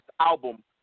album